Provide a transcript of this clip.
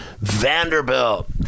Vanderbilt